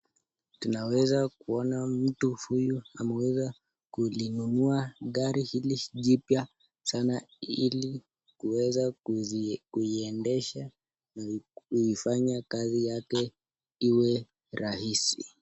Tunaweza kuona mtu huyu ameweza kulinunua gari hili jipya sana ili kuweza kuiendesha kufanya kazi yake iwe rahisi.